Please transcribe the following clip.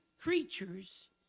creatures